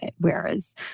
whereas